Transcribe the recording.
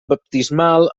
baptismal